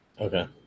Okay